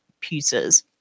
pieces